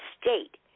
state